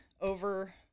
over